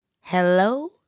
Hello